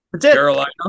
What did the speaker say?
Carolina